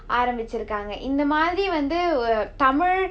ஆரம்பிச்சிருக்காங்க இந்த மாதிரி வந்து ஒரு:aarambiccirukkaanga intha maatiri vanthu oru tamil